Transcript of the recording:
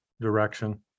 direction